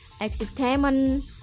excitement